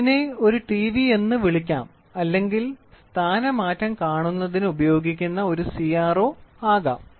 ഇതിനെ ഒരു ടിവി എന്ന് വിളിക്കാം അല്ലെങ്കിൽ സ്ഥാനമാറ്റം കാണുന്നതിന് ഉപയോഗിക്കുന്ന ഒരു CRO ആകാം